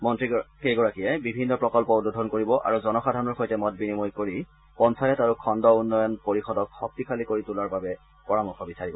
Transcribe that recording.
মন্ত্ৰীকেইগৰাকীয়ে বিভিন্ন প্ৰকল্প উদ্বোধন কৰিব আৰু জনসাধাৰণৰ সৈতে মত বিনিময় কৰি পঞ্চায়ত আৰু খণ্ড উন্নয়ন পৰিষদক শক্তিশালী কৰি তোলাৰ বাবে পৰামৰ্শ বিচাৰিব